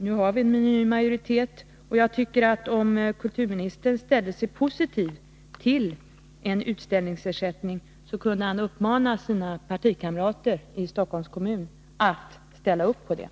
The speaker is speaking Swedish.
Nu har vi en ny majoritet här, och om kulturministern ställde sig positiv till en utställningsersättning, skulle han kunna uppmana sina partikamrater i Stockholms kommun att medverka till en sådan.